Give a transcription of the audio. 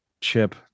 chip